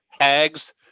hags